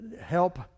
help